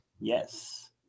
Yes